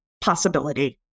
possibility